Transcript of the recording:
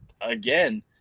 again